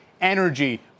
energy